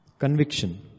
Conviction